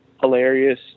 hilarious